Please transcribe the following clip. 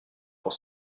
pour